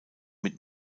mit